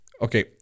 Okay